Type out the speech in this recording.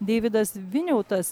deividas viniautas